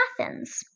Athens